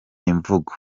imvugo